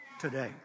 today